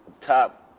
top